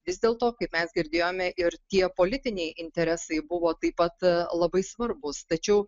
vis dėlto kaip mes girdėjome ir tie politiniai interesai buvo taip pat labai svarbūs tačiau